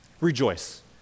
Rejoice